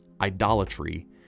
idolatry